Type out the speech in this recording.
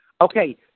Okay